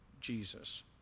Jesus